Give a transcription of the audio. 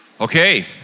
Okay